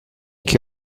che